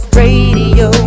radio